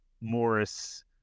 Morris